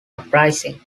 uprising